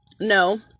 No